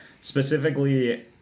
Specifically